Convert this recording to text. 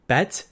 Bet